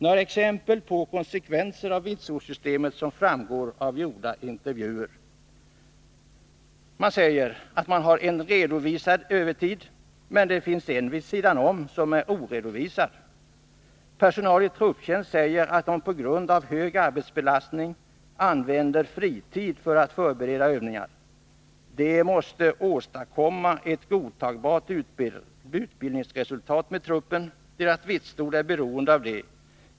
Några exempel på konsekvenserna av systemet som framgår av gjorda intervjuer: Man har en redovisad övertid, men det finns en vid sidan om som är oredovisad. Personal i trupptjänst säger att de på grund av hög arbetsbelastning använder fritid för att förbereda övningar. De måste åstadkomma ett godtagbart utbildningsresultat med truppen. Deras vitsord är beroende av det.